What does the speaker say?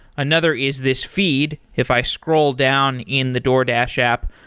another is this feed. if i scroll down in the doordash app,